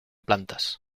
plantas